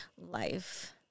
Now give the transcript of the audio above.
life